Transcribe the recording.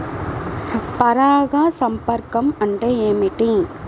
పరాగ సంపర్కం అంటే ఏమిటి?